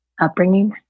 upbringing